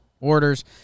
orders